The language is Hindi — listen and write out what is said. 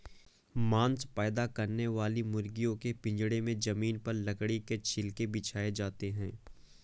मांस पैदा करने वाली मुर्गियों के पिजड़े में जमीन पर लकड़ी के छिलके बिछाए जाते है